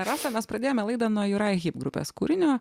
rasa mes pradėjome laidą nuo jurai hip grupės kūrinio